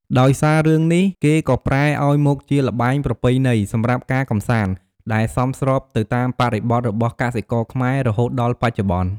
ដោយសាររឿងនេះ គេក៏ប្រែឱ្យមកជាល្បែងប្រពៃណី សម្រាប់ការកម្សាន្ត ដែលសមស្របទៅតាមបរិបទរបស់កសិករខ្មែរ រហូតដល់បច្ចុប្បន្ន។